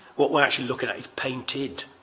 what we're actually looking at is painted.